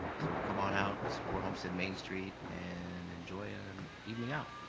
so come on out, support homestead main street, and enjoy an evening out.